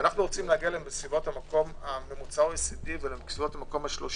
ואנו רוצים הממוצע ה-OECD הוא באזור ה-30